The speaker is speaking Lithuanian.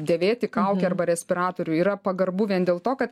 dėvėti kaukę arba respiratorių yra pagarbu vien dėl to kad